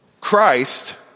Christ